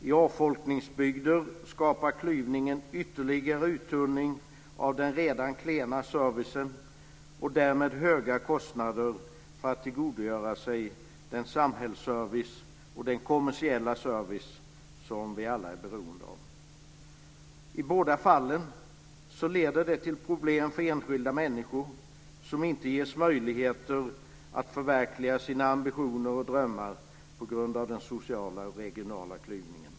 I avfolkningsbygder skapar klyvningen ytterligare uttunning av den redan klena servicen och därmed höga kostnader för att tillgodogöra sig den samhällsservice och den kommersiella service som vi alla är beroende av. I båda fallen leder det till problem för enskilda människor som inte ges möjligheter att förverkliga sina drömmar och ambitioner på grund av den sociala och regionala klyvningen.